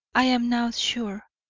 i am now sure,